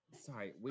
Sorry